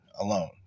alone